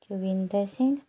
Joginder Singh